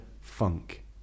Funk